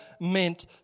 meant